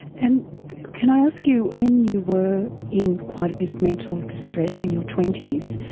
and can i ask you, when you were in quite a bit of mental distress in your twenty s,